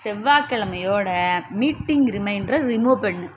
செவ்வாய் கிழமையோட மீட்டிங் ரிமைண்டரை ரிமூவ் பண்ணு